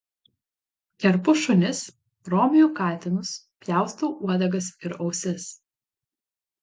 kerpu šunis romiju katinus pjaustau uodegas ir ausis